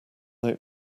they